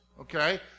okay